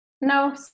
No